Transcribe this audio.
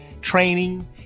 training